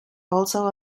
also